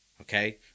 Okay